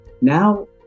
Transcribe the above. now